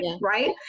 right